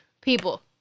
People